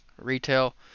retail